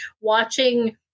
watching